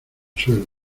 suelo